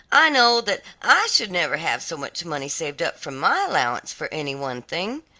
i know that i should never have so much money saved up from my allowance for any one thing.